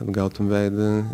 atgautum veidą